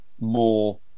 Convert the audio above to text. more